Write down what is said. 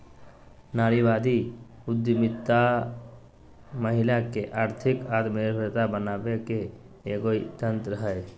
नारीवादी उद्यमितामहिला के आर्थिक आत्मनिर्भरता बनाबे के एगो तंत्र हइ